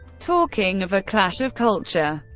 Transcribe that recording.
talking of a clash of culture.